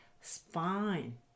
spine